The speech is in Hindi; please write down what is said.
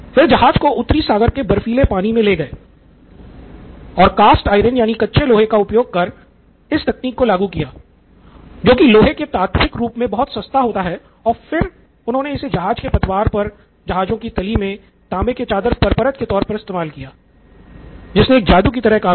वह जहाज को उत्तरी सागर के बर्फीले पानी में ले गए और कास्ट आइरन रूप से बहुत सस्ता होता है और फिर उन्होने इसे जहाज के पतवार पर जहाज़ो की तली मे तांबे के चादर पर परत के तौर पर इस्तेमाल किया जिसने एक जादू की तरह काम किया